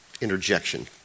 interjection